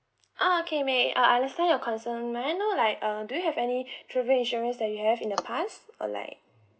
uh okay may I understand your concern may I know like uh do you have any travel insurance that you have in the past or like